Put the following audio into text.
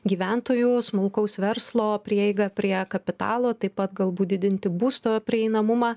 gyventojų smulkaus verslo prieigą prie kapitalo taip pat galbūt didinti būsto prieinamumą